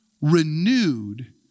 renewed